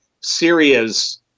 Syria's